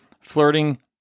Flirting